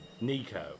Nico